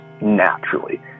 naturally